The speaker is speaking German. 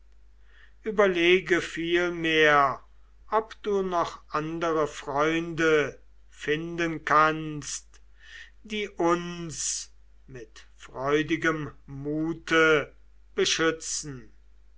überlege vielmehr ob du noch andere freunde finden kannst die uns mit freudigem mute beschützen